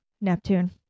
Neptune